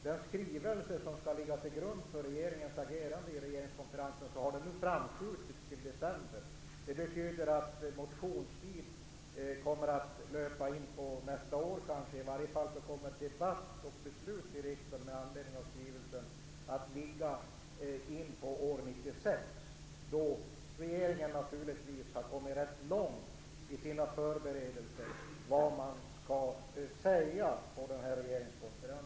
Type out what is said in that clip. Den skrivelse som skall ligga till grund för regeringens agerande vid regeringskonferensen kommer inte förrän i december. Det betyder att motionstiden kanske kommer att löpa in på nästa år. I alla fall kommer debatt och beslut i riksdagen med anledning av skrivelsen att ske en bit in på år 1996. Då har regeringen naturligtvis kommit ganska långt i sina förberedelser av vad man skall säga på regeringskonferensen.